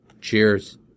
Cheers